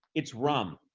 it's rum.